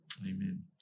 Amen